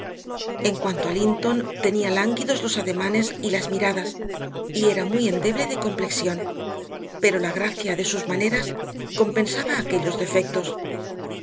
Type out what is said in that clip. en cuanto a linton tenía lánguidos los ademanes y las miradas y era muy endeble de complexión pero la gracia de sus maneras compensaba aquellos defectos